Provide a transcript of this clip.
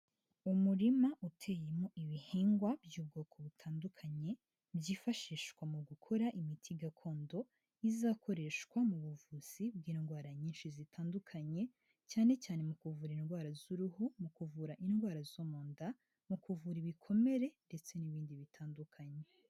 Umurima uteyemo ibihingwa by'ubwoko butandukanye, byifashishwa mu gukora imiti gakondo, izakoreshwa mu buvuzi bw'indwara nyinshi zitandukanye cyane cyane mu kuvura indwara z'uruhu, mu kuvura indwara zo mu nda, mu kuvura ibikomere ndetse n'ibindi bitandukanye.